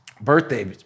birthday